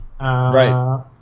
right